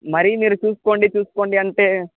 మరీ మీరు చూసుకోండి చూసుకోండి అంటే